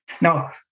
Now